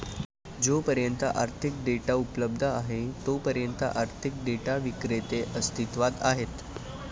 जोपर्यंत आर्थिक डेटा उपलब्ध आहे तोपर्यंत आर्थिक डेटा विक्रेते अस्तित्वात आहेत